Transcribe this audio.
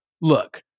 look